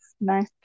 nice